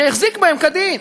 שהחזיק בהם כדין.